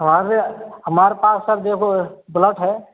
हमारे हमार पास सर देखो बुलट है